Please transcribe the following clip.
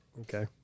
okay